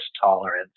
tolerance